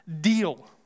deal